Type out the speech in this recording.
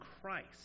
Christ